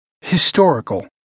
Historical